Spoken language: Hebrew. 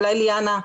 אולי ליאנה,